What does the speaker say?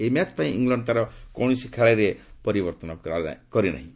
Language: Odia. ଏହି ମ୍ୟାଚ ପାଇଁ ଇଲଣ୍ଡ ତାର କୌଣସି ଖେଳାଳୀରେ ପରିବର୍ତ୍ତନ କରିନାହିଁ